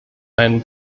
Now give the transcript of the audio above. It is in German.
ein